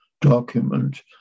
document